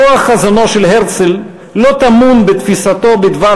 כוח חזונו של הרצל לא טמון בתפיסתו בדבר